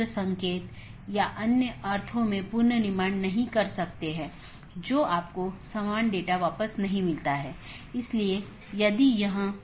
इसलिए चूंकि यह एक पूर्ण मेश है इसलिए पूर्ण मेश IBGP सत्रों को स्थापित किया गया है यह अपडेट को दूसरे के लिए प्रचारित नहीं करता है क्योंकि यह जानता है कि इस पूर्ण कनेक्टिविटी के इस विशेष तरीके से अपडेट का ध्यान रखा गया है